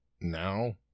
Now